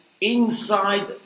inside